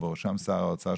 ובראשם שר האוצר,